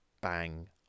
bang